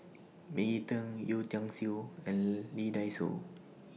Maggie Teng Yeo Tiam Siew and Lee Dai Soh